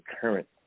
current